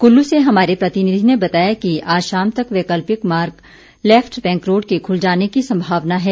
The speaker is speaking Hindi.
कुल्लू से हमारे प्रतिनिधि ने बताया कि आज शाम तक वैकल्पिक मार्ग लैफ्ट बैंक रोड़ के खुल जाने की संभावना है